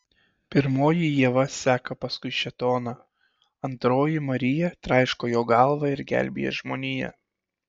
pirmoji ieva seka paskui šėtoną antroji marija traiško jo galvą ir gelbėja žmoniją